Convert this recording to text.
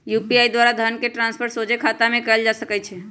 UPI द्वारा धन के ट्रांसफर सोझे बैंक खतामें कयल जा सकइ छै